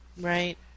Right